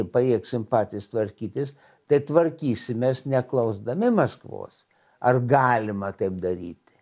pajėgsim patys tvarkytis tai tvarkysimės neklausdami maskvos ar galima taip daryti